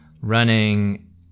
running